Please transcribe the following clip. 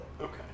Okay